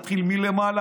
נתחיל מלמעלה,